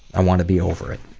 i want to be over it.